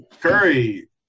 Curry